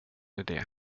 idé